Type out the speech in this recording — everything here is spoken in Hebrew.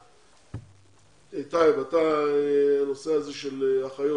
אם לך חשוב הנושא הזה של אחיות,